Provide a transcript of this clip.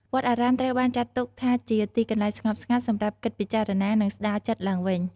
វត្តអារាមត្រូវបានចាត់ទុកថាជាទីកន្លែងស្ងប់ស្ងាត់សម្រាប់គិតពិចារណា និងស្ដារចិត្តឡើងវិញ។